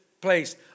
place